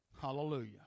Hallelujah